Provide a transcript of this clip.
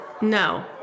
No